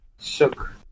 shook